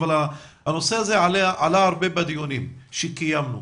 אבל הנושא הזה עלה הרבה בדיונים שקיימנו,